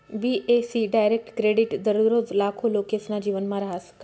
बी.ए.सी direct credit दररोज लाखो लोकेसना जीवनमा रहास